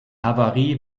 havarie